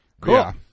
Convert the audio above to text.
Cool